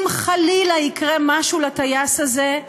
אם חלילה יקרה משהו לטייס הזה,